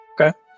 Okay